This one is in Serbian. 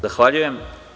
Zahvaljujem.